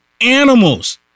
animals